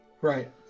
Right